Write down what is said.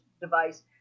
device